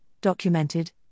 documented